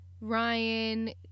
Ryan